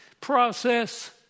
process